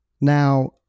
Now